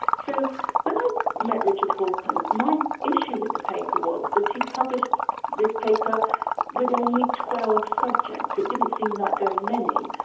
so when i met richard horton, my issue with the paper was that he'd published this paper with only twelve subjects. it didn't seem like very many.